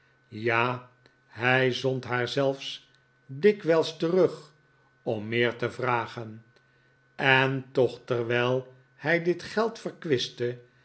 ja hij zond haar zelfs dikwijls terug om meer te vragen en toch terwijl hij dit geld verkwistte